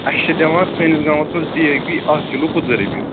اَسہِ چھِ دِوان سٲنِس گامس منٛز ڈی اے پی اَکھ کِلوٗ پٍنٛژہ رۅپیہِ